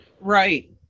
Right